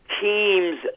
teams